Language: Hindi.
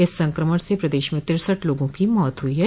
इस संक्रमण से प्रदेश में तिरसठ लोगों की मौत हुई है